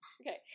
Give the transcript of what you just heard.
Okay